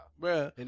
bro